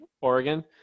Oregon